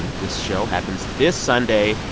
and this show happens this sunday.